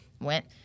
Went